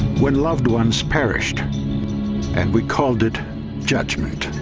when loved ones perished and we called it judgment